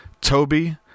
Toby